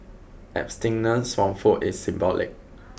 abstinence from food is symbolic